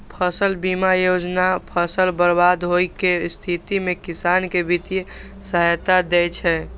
फसल बीमा योजना फसल बर्बाद होइ के स्थिति मे किसान कें वित्तीय सहायता दै छै